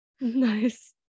Nice